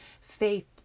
faith